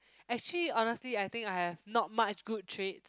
actually honestly I think I have not much good traits